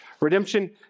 Redemption